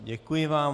Děkuji vám.